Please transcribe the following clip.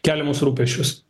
keliamus rūpesčius